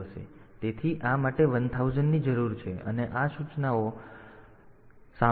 તેથી આ માટે 1000 ની જરૂર છે અને આ સૂચનાનો સામનો કરવામાં આવ્યા પછી છે